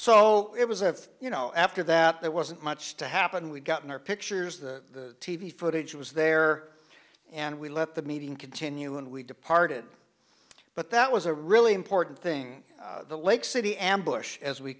so it was a you know after that there wasn't much to happen we've gotten our pictures the t v footage was there and we left the meeting continue and we departed but that was a really important thing the lake city ambush as we